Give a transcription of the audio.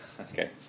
Okay